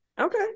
Okay